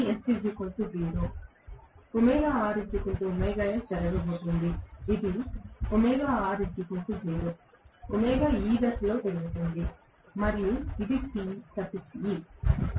ఇది జరగబోతోంది ఇది ఈ దిశలో పెరుగుతోంది మరియు ఇది Te